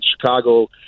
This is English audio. Chicago